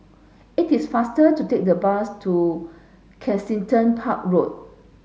it is faster to take the bus to Kensington Park Road